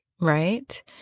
right